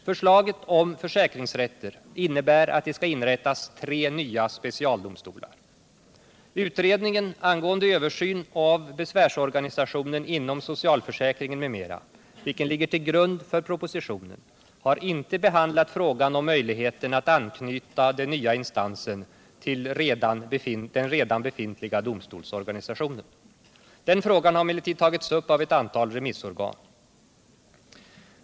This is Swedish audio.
Förslaget om försäkringsrätter innebär att det skall inrättas tre nya specialdomstolar. Utredningen angående ”översyn av besvärsorganisationen inom socialförsäkringen m.m.”, vilken ligger till grund för propositionen, har inte behandlat möjligheten att anknyta den nya instansen till den redan befintliga domstolsorganisationen. Den frågan har emellertid tagits upp av ett antal remissorgan.